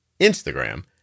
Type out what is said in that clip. Instagram